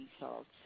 Results